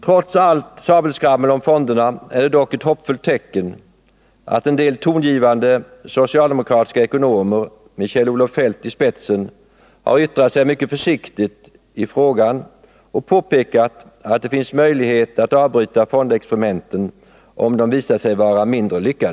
Trots allt sabelskrammel om fonderna är det dock ett hoppfullt tecken att en del tongivande socialdemokratiska ekonomer med Kjell-Olof Feldt i spetsen har yttrat sig mycket försiktigt i frågan och påpekat att det finns möjligheter att avbryta fondexperimenten, om de visar sig vara mindre lyckade.